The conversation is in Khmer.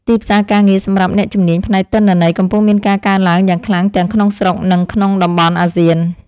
ទីផ្សារការងារសម្រាប់អ្នកជំនាញផ្នែកទិន្នន័យកំពុងមានការកើនឡើងយ៉ាងខ្លាំងទាំងក្នុងស្រុក និងក្នុងតំបន់អាស៊ាន។